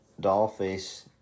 Dollface